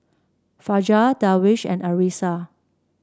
Fajar Darwish and Arissa